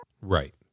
Right